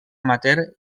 amateur